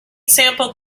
sampled